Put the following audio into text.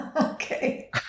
Okay